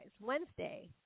Wednesday